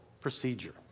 procedure